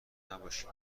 نباشین